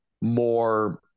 more